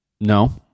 No